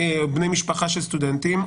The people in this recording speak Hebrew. עוד 2,000 בני משפחה של סטודנטים,